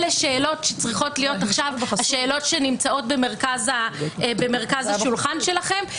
אלה שאלות שצריכות להיות עכשיו השאלות שנמצאות במרכז השולחן שלכם,